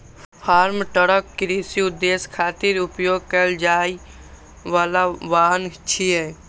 farm truck कृषि उद्देश्य खातिर उपयोग कैल जाइ बला वाहन छियै